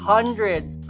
hundreds